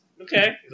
Okay